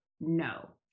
no